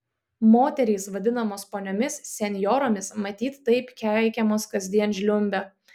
moterys vadinamos poniomis senjoromis matyt taip keikiamos kasdien žliumbia